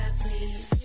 please